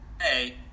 hey